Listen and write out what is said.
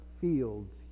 fields